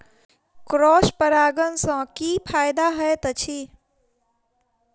Cross परागण सँ की फायदा हएत अछि?